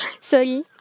Sorry